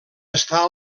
estar